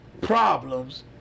problems